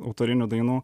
autorinių dainų